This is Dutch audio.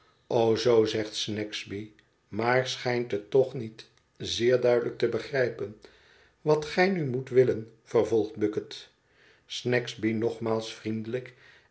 o zoo zegt snagsby maar schijnt het toch niet zeer duidelijk te begrijpen wat g ij nu moet willen vervolgde bucket snagsby nogmaals vriendelijk